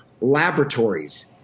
laboratories